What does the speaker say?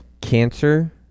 cancer